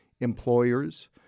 employers